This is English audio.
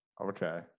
Okay